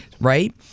right